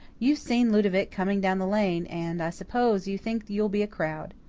you've seen ludovic coming down the lane, and, i suppose, you think you'll be a crowd.